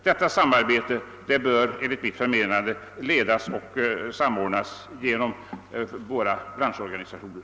Detta samarbete bör enligt mitt förmenande ledas och samordnas genom våra branschorganisationer.